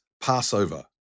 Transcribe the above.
Passover